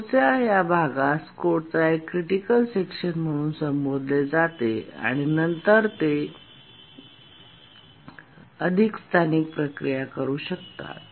कोडच्या या भागास कोडचा एक क्रिटिकल सेक्शन म्हणून संबोधले जाते आणि नंतर ते अधिक स्थानिक प्रक्रिया करू शकतात